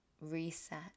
reset